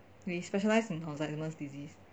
he specialise in alzheimer's disease